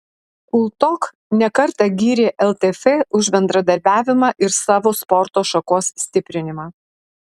ltok ne kartą gyrė ltf už bendradarbiavimą ir savo sporto šakos stiprinimą